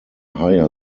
higher